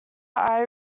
eye